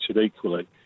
equally